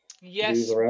Yes